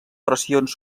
pressions